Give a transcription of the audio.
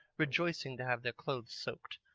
rejoicing to have their clothes soaked.